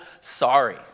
sorry